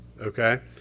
okay